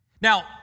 Now